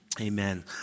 Amen